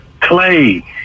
Clay